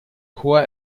chor